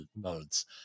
modes